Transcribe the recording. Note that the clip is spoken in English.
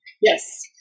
Yes